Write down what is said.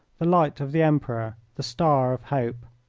the light of the emperor, the star of hope.